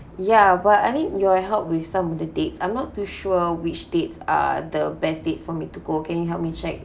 ya but I need your help with some of the dates I'm not too sure which dates are the best dates for me to go can you help me check